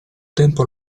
tempo